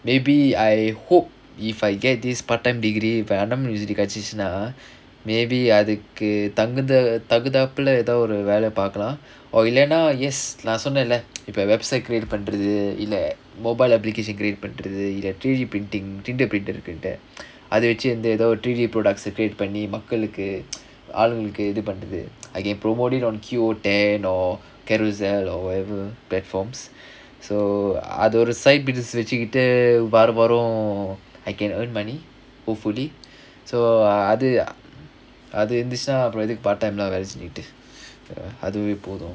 maybe I hope if I get this part-time degree if university கிடைச்சுச்சுனா:kidaichuchunaa maybe அதுக்கு தகுந்த தகுந்தாப்புல வேல பாக்கலாம்:athukku athukku thagunthappula vela paakkalaam or இல்லனா:illanaa yes நா சொன்னேன்ல இப்ப:naa sonnaenla ippa website create பண்றது இல்ல:pandrathu illa mobile application create பண்றது இல்ல:pandrathu illa three printing tinder printing இருக்குன்ட்டு அது வெச்சு வந்து எதோ:irukkunttu athu vechu vanthu etho three D products seggrete பண்ணி மக்களுக்கு ஆளுங்களுக்கு இது பண்றது:panni makkalukku alungalukku ithu pandrathu I can promote it on Q ten or Carousell or whatever platforms so அது ஒரு:athu oru side business வெச்சுகிட்டு வாரா வாரம்:vechukittu vaara vaaram I can earn money hopefully so அது அது இருந்துச்சுனா:athu athu irunthuchunaa part-time வேல செஞ்சுக்கிட்டு அதுவே போதும்:vela senjukittu athuvae pothum